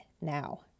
now